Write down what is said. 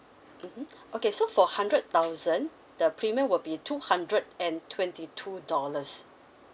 mmhmm okay so for hundred thousand the premium will be two hundred and twenty two dollars